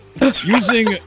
Using